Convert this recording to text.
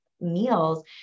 meals